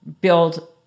build